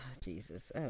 Jesus